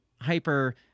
hyper